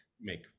make